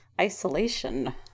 isolation